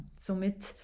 somit